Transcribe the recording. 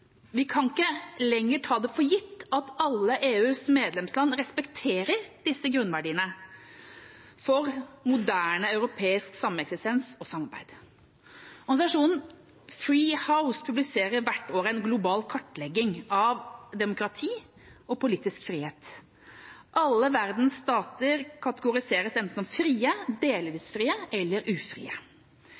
Vi kan ikke lenger ta for gitt at alle EUs medlemsland respekterer disse grunnverdiene for moderne europeisk sameksistens og samarbeid. Organisasjonen Freedom House publiserer hvert år en global kartlegging av demokrati og politisk frihet. Alle verdens stater kategoriseres enten som frie, delvis frie eller ufrie.